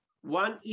one